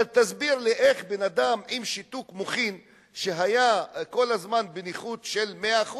תסביר לי איך בן-אדם עם שיתוק מוחין שהיה כל הזמן בנכות של 100%,